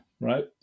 right